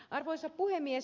arvoisa puhemies